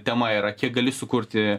tema yra kiek gali sukurti